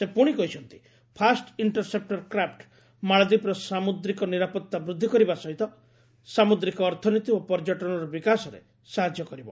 ସେ ପୁଣି କହିଛନ୍ତି ଫାଷ୍ଟ ଇଣ୍ଟରସେପ୍ଟର କ୍ରାପ୍ଟ ମାଳଦୀପର ସାମୁଦ୍ରିକ ନିରାପତ୍ତା ବୃଦ୍ଧି କରିବା ସହିତ ସାମୁଦ୍ରିକ ଅର୍ଥନୀତି ଓ ପର୍ଯ୍ୟଟନର ବିକାଶରେ ସାହାଯ୍ୟ କରିବ